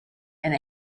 and